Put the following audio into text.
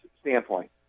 standpoint